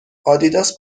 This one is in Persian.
آدیداس